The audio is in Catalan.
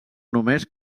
només